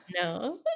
No